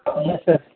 اہن حظ سَر